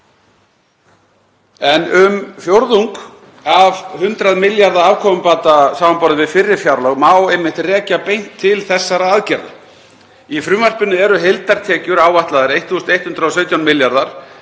Um fjórðung af 100 milljarða afkomubata samanborið við fyrri fjárlög má einmitt rekja beint til þessara aðgerða. Í frumvarpinu eru heildartekjur áætlaðar 1.117 milljarðar